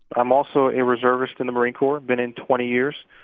i'm also a reservist in the marine corps, been in twenty years.